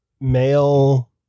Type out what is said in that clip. Male